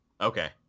Okay